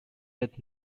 with